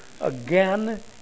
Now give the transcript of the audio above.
again